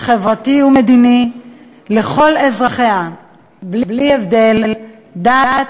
חברתי ומדיני לכל אזרחיה בלי הבדל דת,